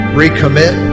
recommit